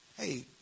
hey